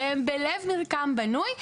שהם בלב מרקם בנוי,